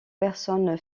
personnes